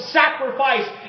sacrifice